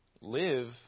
Live